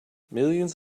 millions